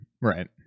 right